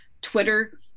Twitter